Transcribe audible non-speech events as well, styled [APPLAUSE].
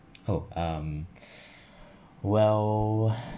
oh um [BREATH] well